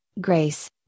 grace